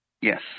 Yes